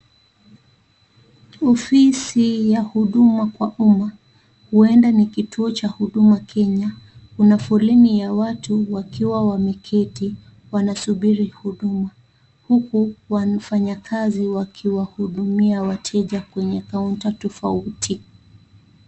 Ofisi ya huduma kwa umma huenda ni kituo cha Huduma Kenya, kuna foleni ya watu wakiwa wameketi wanasubiri huduma huku wafanyakazi wakiwahudumia wateja kwenye counter tofauti.